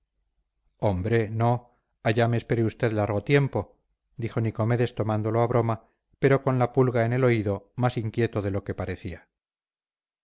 hombre no allá me espere usted largo tiempo dijo nicomedes tomándolo a broma pero con la pulga en el oído más inquieto de lo que parecía